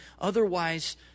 Otherwise